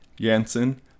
Janssen